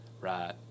Right